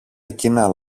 εκείνα